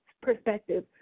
perspective